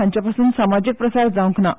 हांचे पसून समाजीक प्रसार जावंक ना